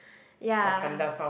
ya